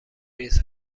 ریز